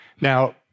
now